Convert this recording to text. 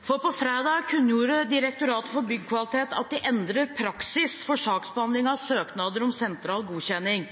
for på fredag kunngjorde Direktoratet for byggkvalitet at de endrer praksis for saksbehandling av søknader om sentral godkjenning.